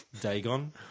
Dagon